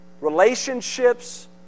Relationships